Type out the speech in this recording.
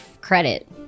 credit